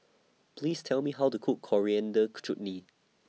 Please Tell Me How to Cook Coriander Chutney